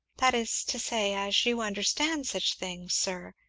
that is to say as you understand such things, sir,